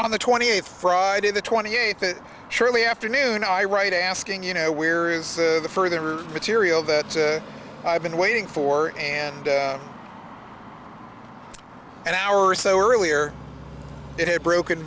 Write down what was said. on the twenty eighth friday the twenty eighth it surely afternoon i write asking you know where is the further material that i've been waiting for and an hour or so earlier it had broken